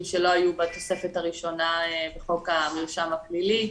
שלא היו בתוספת הראשונה בחוק המרשם הפלילי.